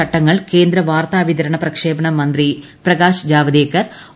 ചട്ടങ്ങൾ കേന്ദ്ര വാർത്താവിതരണ പ്രക്ഷേപണ മന്ത്രി പ്രകാശ് ജാവദേക്കർ ഒ